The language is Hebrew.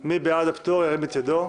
ירים את ידו.